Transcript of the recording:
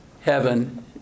heaven